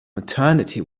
maternity